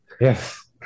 Yes